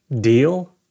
deal